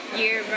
year